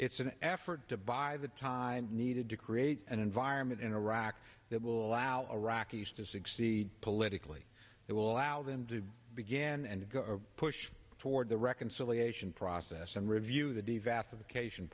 it's an effort to buy the time needed to create an environment in iraq that will allow iraqis to succeed politically that will allow them to begin and push forward the reconciliation process and review the